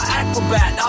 acrobat